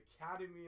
Academy